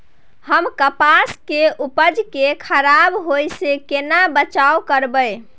हम कपास के उपज के खराब होय से केना बचाव करबै?